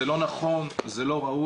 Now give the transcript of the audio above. זה לא נכון, זה לא ראוי.